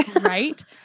right